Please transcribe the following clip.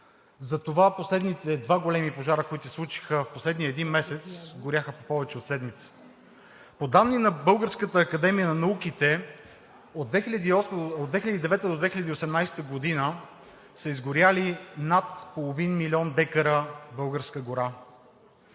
Затова последните два големи пожара, които се случиха в последния един месец, горяха повече от седмица. По данни на Българската академия на науките от 2009-а до 2018 г. са изгорели над половин милион декара българска гора.